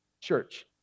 Church